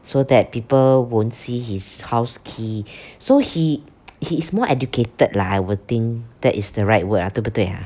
so that people won't see his house key so he he is more educated lah I would think that is the right word ah 对不对 ah